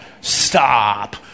Stop